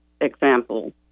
example